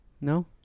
no